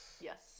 Yes